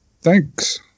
Thanks